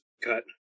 cut